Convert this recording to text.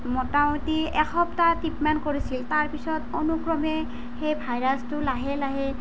মোটামুটি এসপ্তাহ ট্ৰিটমেণ্ট কৰিছিল তাৰপিছত অনুক্ৰমে সেই ভাইৰাছটো লাহে লাহে